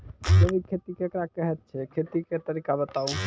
जैबिक खेती केकरा कहैत छै, खेतीक तरीका बताऊ?